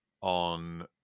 on